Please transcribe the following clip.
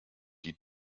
die